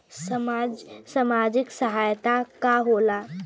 सामाजिक सहायता का होला?